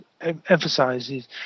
emphasizes